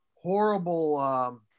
horrible